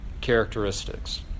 characteristics